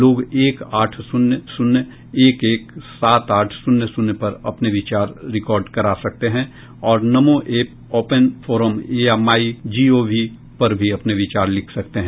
लोग एक आठ शून्य शून्य एक एक सात आठ शून्य शून्य पर अपने विचार रिकॉर्ड करा सकते हैं और नमो ऐप ओपन फोरम या माई गोव पर भी अपने विचार लिख सकते हैं